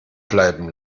bleiben